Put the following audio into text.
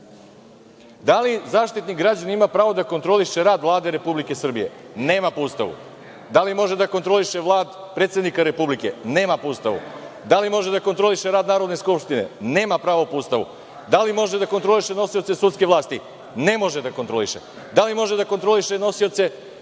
li Zaštitnik građana ima pravo da kontroliše rad Vlade Republike Srbije? Nema po Ustavu. Da li može da kontroliše Vladu predsednika Republike? Nema po Ustavu. Da li može da kontroliše rad Narodne skupštine? Nema pravo po Ustavu. Da li može da kontroliše nosioce sudske vlasti? Ne može da kontroliše. Da li može da kontroliše nosioce